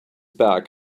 back